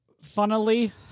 Funnily